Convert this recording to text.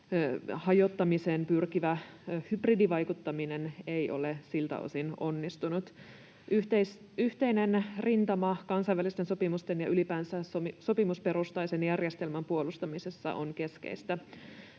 hajottamiseen pyrkivä hybridivaikuttaminen ei ole siltä osin onnistunut. Yhteinen rintama kansainvälisten sopimusten ja ylipäänsä sopimusperustaisen järjestelmän puolustamisessa on keskeistä.